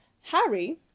harry